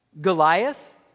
Goliath